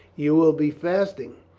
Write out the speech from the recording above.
you will be fasting.